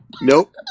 Nope